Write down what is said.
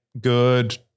good